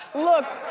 look